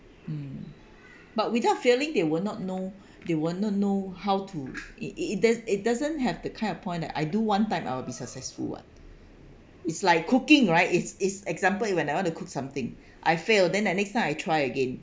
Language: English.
mm but without failing they would not know they would not know how to it it does~ it doesn't have the kind of point that I do one time I'll be successful [what] it's like cooking right it's it's example it when I the cook something I fail then I next time I try again